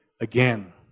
again